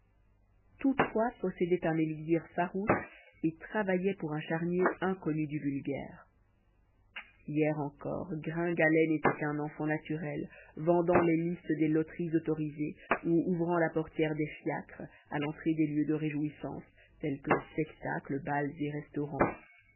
tous trois possédaient un élixir farouche et travaillaient pour un charnier inconnu du vulgaire hier encore gringalet n'était qu'un enfant naturel vendant les listes des loteries autorisées ou ouvrant la portière des fiacres à l'entrée des lieux de réjouissance tels que spectacles bals et restaurants